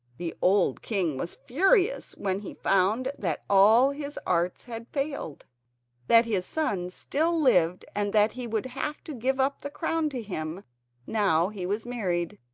the old king was furious when he found that all his arts had failed that his son still lived and that he would have to give up the crown to him now he was married,